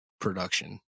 production